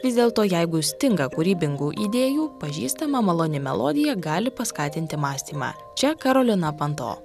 vis dėlto jeigu stinga kūrybingų idėjų pažįstama maloni melodija gali paskatinti mąstymą čia karolina panto